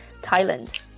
Thailand